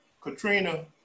Katrina